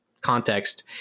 context